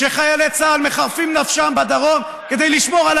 כשחיילי מצה"ל מחרפים נפשם בדרום כדי לשמור על